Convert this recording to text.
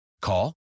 Call